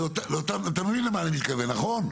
אתה מבין למה אני מתכוון נכון?